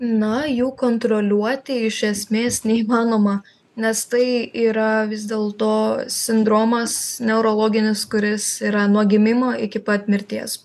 na jų kontroliuoti iš esmės neįmanoma nes tai yra vis dėl to sindromas neurologinis kuris yra nuo gimimo iki pat mirties